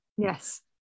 Yes